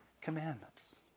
Commandments